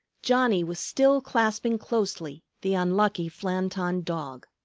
johnnie was still clasping closely the unlucky flanton dog.